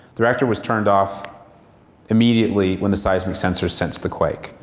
the reactor was turned off immediately when the seismic sensors sensed the quake.